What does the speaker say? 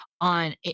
on